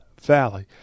Valley